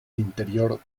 interior